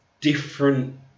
different